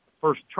first